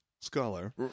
scholar